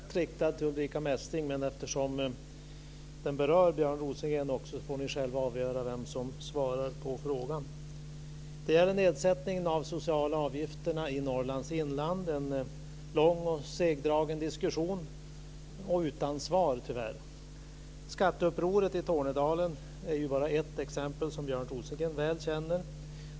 Fru talman! Frågan är mest riktad till Ulrica Messing, men eftersom den berör Björn Rosengren också får ni själva avgöra vem som ska svara. Det gäller nedsättningen av de sociala avgifterna i Norrlands inland, en lång och segdragen diskussion, utan svar, tyvärr. Skatteupproret i Tornedalen är bara ett exempel, som Björn Rosengren väl känner.